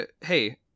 hey